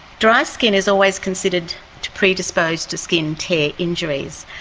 dry skin is always considered to predispose to skin tear injuries,